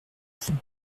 fond